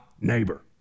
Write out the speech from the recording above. neighbor